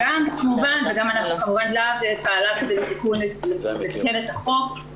כמובן להב פעלה לתקן את החוק,